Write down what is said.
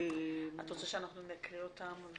את רוצה שאנחנו נקריא אותם?